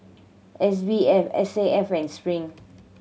S B F S A F and Spring